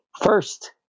first